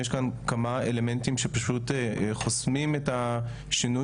יש כאן כמה אלמנטים שפשוט חוסמים את השינוי